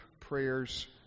prayer's